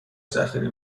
ذخیره